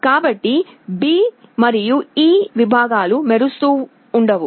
కాబట్టి B మరియు E విభాగాలు వెలుగుతూ ఉండవు